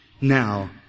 now